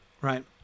Right